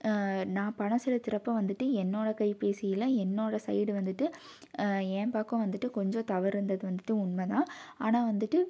நான் பணம் செலுத்துகிற அப்போ வந்துட்டு என்னோட கைபேசியில் என்னோட சைடு வந்துட்டு என் பக்கம் வந்துட்டு கொஞ்சம் தவறு இருந்தது வந்துட்டு உண்மை தான் ஆனால் வந்துட்டு